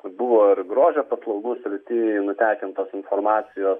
buvo ir grožio paslaugų srity nutekintos informacijos